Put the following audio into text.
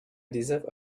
deserve